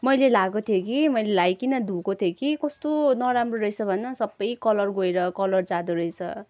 मैले लाएको थिएँ कि मैले लाइकन धोएको थिएँ कि कस्तो नराम्रो रहेछ भन् न सबै कलर गएर कलर जाँदो रहेछ